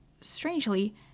strangely